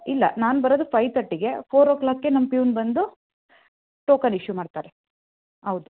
ಇಲ್ಲ ನಾನು ಬರೋದು ಫೈವ್ ತರ್ಟಿಗೆ ಫೋರ್ ಒ ಕ್ಲಾಕ್ಗೆ ನಮ್ಮ ಪಿಯೋನ್ ಬಂದು ಟೋಕನ್ ಇಶ್ಯೂ ಮಾಡ್ತಾರೆ ಹೌದು